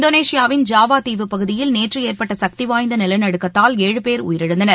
இந்தோனேஷியாவின் ஜாவா தீவுப்பகுதியில் நேற்று ஏற்பட்ட சக்திவாய்ந்த நிலநடுக்கத்தால் ஏழுபேர் உயிரிழந்தனர்